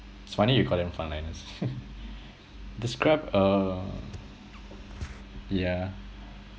it's funny you call them frontliners describe a yeah